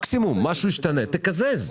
מקסימום משהו ישתנה, תקזז.